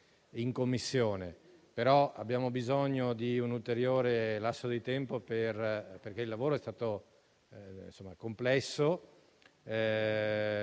in Commissione, ma abbiamo bisogno di un ulteriore lasso di tempo, perché il lavoro è stato complesso,